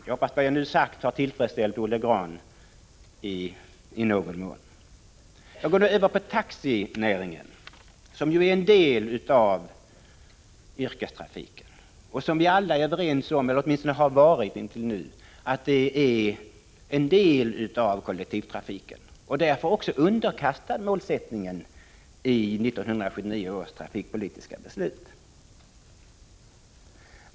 Jag hoppas att vad jag nu sagt har tillfredsställt Olle Grahn i någon mån. Jag går då över på taxinäringen, som är en del av yrkestrafiken. Som vi alla är överens om -— eller rättare sagt har varit överens om — är den en del av kollektivtrafiken och därför också underkastad målsättningen i 1979 års trafikpolitiska beslut.